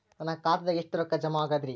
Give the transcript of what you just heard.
ನನ್ನ ಖಾತೆದಾಗ ಎಷ್ಟ ರೊಕ್ಕಾ ಜಮಾ ಆಗೇದ್ರಿ?